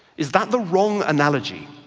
is that the wrong analogy.